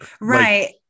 right